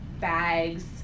bags